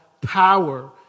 power